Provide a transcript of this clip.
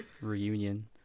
reunion